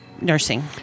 nursing